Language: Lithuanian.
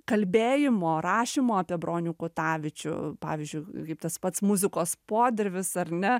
kalbėjimo rašymo apie bronių kutavičių pavyzdžiu kaip tas pats muzikos podirvis ar ne